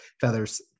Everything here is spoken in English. feathers